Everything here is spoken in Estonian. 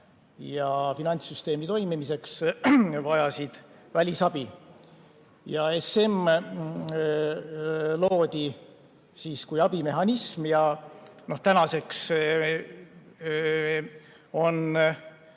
ja finantssüsteemi toimimiseks vajasid välisabi. ESM loodi siis kui abimehhanism. Tänaseks on